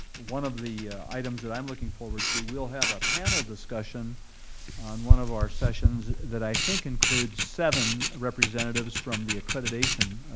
one of the items that i'm looking forward to, we'll have a panel discussion on one of our sessions that i think includes seven representatives from the accreditation